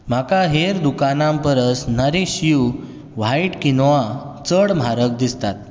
म्हाका हेर दुकानां परस नरीश यू व्हायट कीनोआ चड म्हारग दिसतात